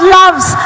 loves